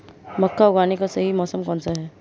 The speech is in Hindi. मक्का उगाने का सही मौसम कौनसा है?